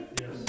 Yes